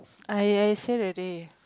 I I say already